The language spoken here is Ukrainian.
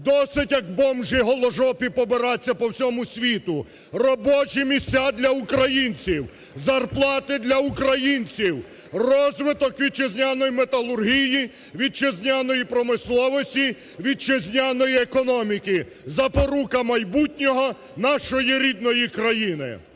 Досить, як бомжі голожопі, побираться по всьому світу! Робочі місця – для українців, зарплати – для українців, розвиток вітчизняної металургії, вітчизняної промисловості, вітчизняної економіки – запорука майбутнього нашої рідної країни!